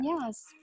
yes